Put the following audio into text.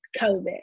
COVID